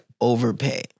overpay